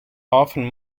often